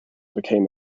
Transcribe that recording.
became